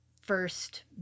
First